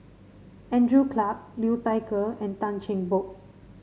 Andrew Clarke Liu Thai Ker and Tan Cheng Bock